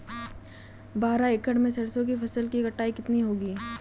बारह एकड़ में सरसों की फसल की कटाई कितनी होगी?